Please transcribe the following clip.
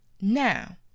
Now